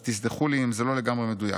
אז תסלחו לי אם זה לא לגמרי מדויק,